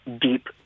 deep